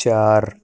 چار